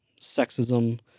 sexism